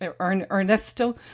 Ernesto